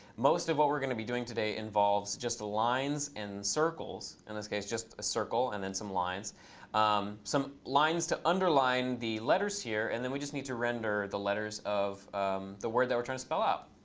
most of what we're going to be doing today involves just lines and circles in this case, just a circle and then some lines um some lines to underline the letters here, and then we just need to render the letters of the word that we're trying to spell out.